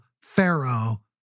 Pharaoh